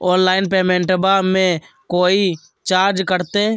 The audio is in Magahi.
ऑनलाइन पेमेंटबां मे कोइ चार्ज कटते?